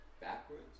backwards